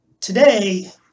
Today